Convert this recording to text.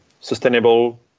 sustainable